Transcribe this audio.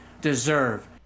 deserve